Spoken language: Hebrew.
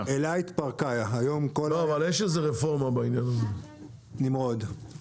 יש רפורמה בעניין הזה עכשיו, לא?